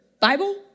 Bible